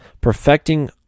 perfecting